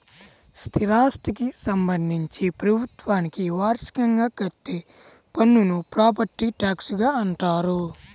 స్థిరాస్థికి సంబంధించి ప్రభుత్వానికి వార్షికంగా కట్టే పన్నును ప్రాపర్టీ ట్యాక్స్గా అంటారు